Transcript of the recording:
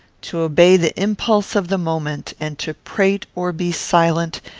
to obey the impulse of the moment, and to prate or be silent,